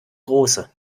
große